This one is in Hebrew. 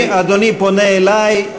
אדוני פונה אלי,